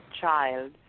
child